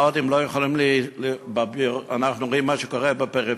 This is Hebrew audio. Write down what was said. מה עוד שאנחנו רואים מה שקורה בפריפריה,